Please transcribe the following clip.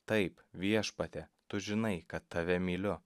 taip viešpatie tu žinai kad tave myliu